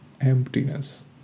emptiness